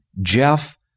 Jeff